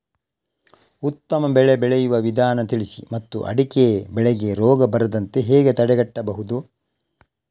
ಉತ್ತಮ ಬೆಳೆ ಬೆಳೆಯುವ ವಿಧಾನ ತಿಳಿಸಿ ಮತ್ತು ಅಡಿಕೆ ಬೆಳೆಗೆ ರೋಗ ಬರದಂತೆ ಹೇಗೆ ತಡೆಗಟ್ಟಬಹುದು?